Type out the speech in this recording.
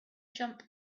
jump